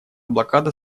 блокада